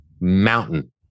mountain